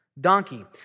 Donkey